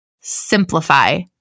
simplify